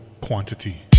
quantity